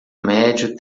médio